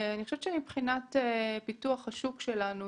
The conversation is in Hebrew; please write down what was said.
אני חושבת שמבחינת פיתוח השוק שלנו,